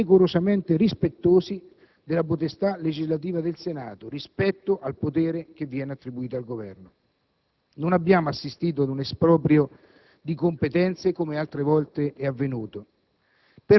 e decorosamente rispettosi della potestà legislativa del Senato, rispetto al potere che viene attribuito al Governo. Non abbiamo assistito ad un esproprio di competenze, come altre volte è avvenuto.